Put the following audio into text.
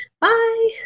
Bye